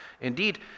Indeed